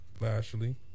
Lashley